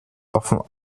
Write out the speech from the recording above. offen